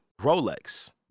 Rolex